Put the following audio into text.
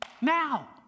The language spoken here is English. now